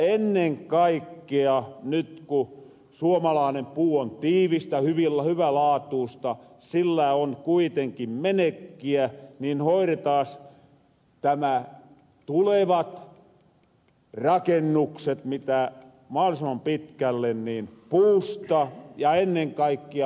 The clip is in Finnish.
ennen kaikkea nyt ku suomalaane puu on tiivistä hyvälaatuista sillä on kuitenkin menekkiä niin hoiretaas nämä tulevat rakennukset mahdollisimman pitkälle puusta ja ennen kaikkea huonekalut